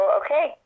okay